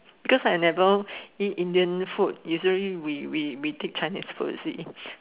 because I never eat Indian food usually we we we take Chinese food you see